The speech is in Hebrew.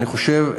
אני חושב,